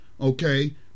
Okay